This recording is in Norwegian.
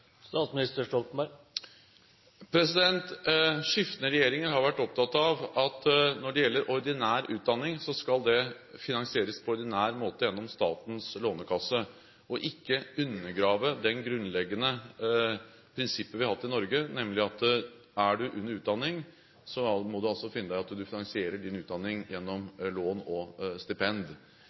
Skiftende regjeringer har vært opptatt av at ordinær utdanning skal finansieres på ordinær måte gjennom Statens lånekasse, og at man ikke undergraver det grunnleggende prinsippet vi har hatt i Norge, nemlig: Er du under utdanning, må du finne deg i at du finansierer din utdanning gjennom lån og stipend.